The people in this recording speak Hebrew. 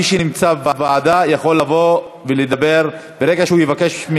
מי שנמצא בוועדה יכול לבוא ולדבר ברגע שהוא יבקש,